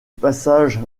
passage